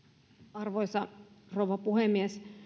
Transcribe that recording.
arvoisa rouva puhemies